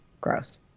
Gross